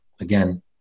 Again